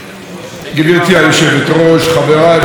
חבריי וחברותיי חברי וחברות הכנסת,